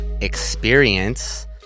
Experience